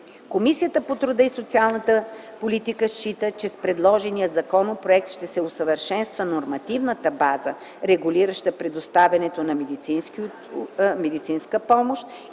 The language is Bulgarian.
Комисията по труда и социалната политика счита, че с предложения законопроект ще се усъвършенства нормативната база, регулираща предоставянето на медицинска помощ